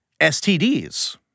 STDs